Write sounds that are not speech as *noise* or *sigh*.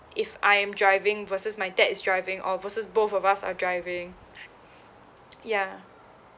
if I'm driving versus my dad is driving or versus both of us are driving *breath* ya